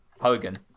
Hogan